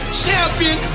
champion